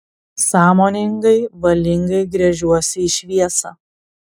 sąmoningai valingai gręžiuosi į šviesą